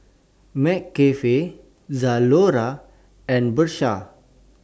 McCafe Zalora and Bershka